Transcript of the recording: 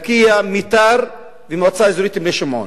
לקיה, מיתר והמועצה האזורית בני-שמעון.